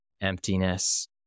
emptiness